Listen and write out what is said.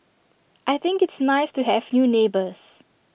I think it's nice to have new neighbours